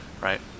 right